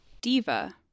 Diva